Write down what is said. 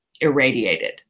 irradiated